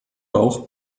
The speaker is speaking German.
bauch